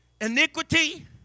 iniquity